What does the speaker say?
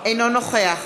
אינו נוכח